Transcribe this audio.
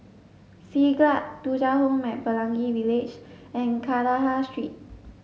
Siglap Thuja Home at Pelangi Village and Kandahar Street